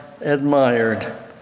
admired